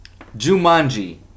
Jumanji